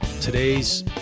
Today's